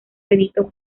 benito